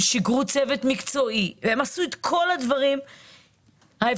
שיגרו צוות מקצועי ועשו את כל הדברים האפשריים